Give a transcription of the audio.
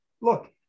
look